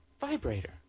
vibrator